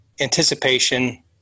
anticipation